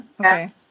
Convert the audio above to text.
Okay